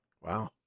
Wow